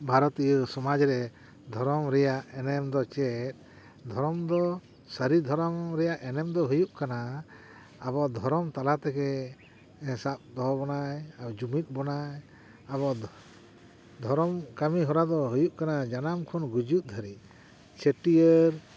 ᱵᱷᱟᱨᱚᱛᱤᱭᱚ ᱥᱚᱢᱟᱡᱽ ᱨᱮ ᱫᱷᱚᱨᱚᱢ ᱨᱮᱭᱟᱜ ᱮᱱᱮᱢ ᱫᱚ ᱪᱮᱫ ᱫᱷᱚᱨᱚᱢ ᱫᱚ ᱥᱟᱹᱨᱤ ᱫᱷᱚᱨᱚᱢ ᱨᱮᱭᱟᱜ ᱮᱱᱮᱢ ᱫᱚ ᱦᱩᱭᱩᱜ ᱠᱟᱱᱟ ᱟᱵᱚ ᱫᱷᱚᱨᱚᱢ ᱛᱟᱞᱟᱛᱮᱜᱮ ᱥᱟᱵ ᱫᱚᱦᱚ ᱵᱚᱱᱟᱭ ᱡᱩᱢᱤᱫ ᱵᱚᱱᱟᱭ ᱟᱵᱚ ᱫᱷᱚ ᱫᱷᱚᱨᱚᱢ ᱠᱟᱹᱢᱤ ᱦᱚᱨᱟ ᱫᱚ ᱦᱩᱭᱩᱜ ᱠᱟᱱᱟ ᱡᱟᱱᱟᱢ ᱠᱷᱚᱱ ᱜᱩᱡᱩᱜ ᱫᱷᱟᱹᱨᱤᱡ ᱪᱷᱟᱹᱴᱭᱟᱹᱨ